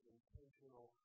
intentional